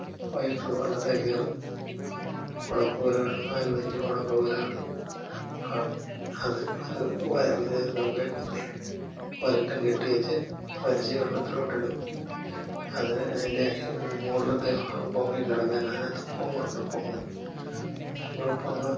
വൈകിട്ട് വള്ളത്തിൽ കയറും ഉടക്കുവലകൾ നാലും അഞ്ചും ഉടക്കുവലകൾ കാണും അത് ഒരു ഒരു ഒരു കമ്പിൽ കുത്തി ഒരറ്റം കെട്ടിവച്ച് വലിച്ചു വെള്ളത്തിലോട്ട് ഇടും അതിനെ അതിൻ്റെ മുകളിലത്തെ ഭാഗം പൊങ്ങിക്കിടക്കാൻ അതിനകത്ത് പൊങ്ങുണ്ട് പൊങ്ങ് അപ്പം ആ പൊങ്ങ്